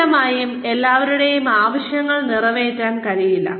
വ്യക്തമായും എല്ലാവരുടെയും ആവശ്യങ്ങൾ നിറവേറ്റാൻ കഴിയില്ല